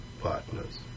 partners